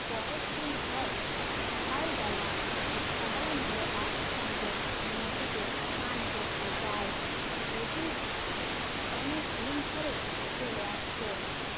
পরের দিন হয় সকালবেলা সবাই মিলে একসঙ্গে নদীতে স্নান করতে যায় এটি অনেক দিন ধরে চলে আসছে